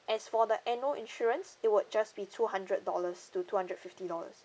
as for the annual insurance it would just be two hundred dollars to two hundred fifty dollars